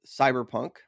Cyberpunk